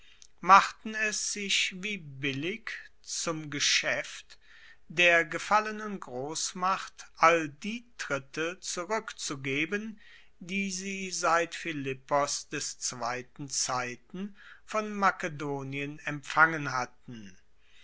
machten es sich wie billig zum geschaeft der gefallenen grossmacht all die tritte zurueckzugeben die sie seit philippos des zweiten zeiten von makedonien empfangen hatten